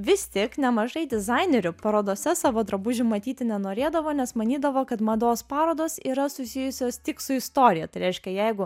vis tik nemažai dizainerių parodose savo drabužių matyti nenorėdavo nes manydavo kad mados parodos yra susijusios tik su istorija tai reiškia jeigu